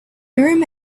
urim